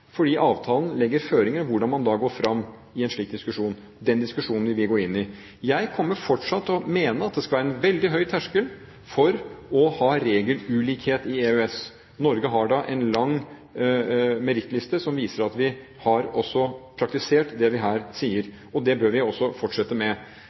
fordi avtalen legger føringer for hvordan man da går fram i en slik diskusjon. Den diskusjonen vil vi gå inn i. Jeg kommer fortsatt til å mene at det skal være en veldig høy terskel for å ha regelulikhet i EØS. Norge har en lang merittliste som viser at vi også har praktisert det vi her